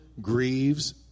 grieves